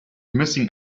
missing